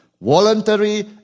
voluntary